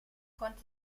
konnte